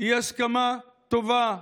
היא הסכמה טובה.